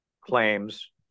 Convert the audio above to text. claims